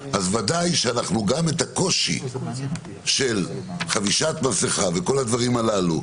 אז ודאי שגם הקושי של חבישת מסכה וכל הדברים הללו.